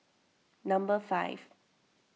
number five